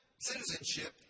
citizenship